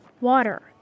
water